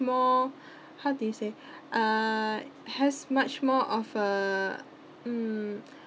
more how do you say uh has much more of a uh hmm